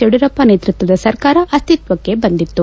ಯಡಿಯೂರಪ್ಪ ನೇತೃತ್ವದ ಸರ್ಕಾರ ಅಸ್ತಿತ್ವಕ್ಕೆ ಬಂದಿತು